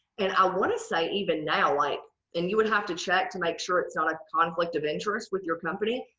and i want to say even now like then you would have to check to make sure it's not a conflict of interest with your company.